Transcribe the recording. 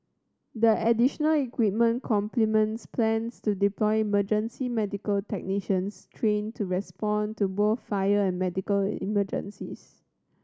the additional equipment complements plans to deploy emergency medical technicians trained to respond to both fire and medical emergencies